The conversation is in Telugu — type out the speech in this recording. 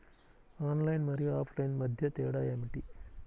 ఆన్లైన్ మరియు ఆఫ్లైన్ మధ్య తేడా ఏమిటీ?